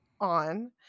on